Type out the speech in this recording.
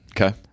Okay